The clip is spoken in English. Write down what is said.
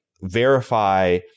verify